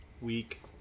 Week